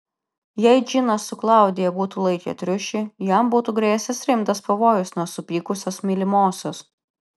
jei džinas su klaudija būtų laikę triušį jam būtų grėsęs rimtas pavojus nuo supykusios mylimosios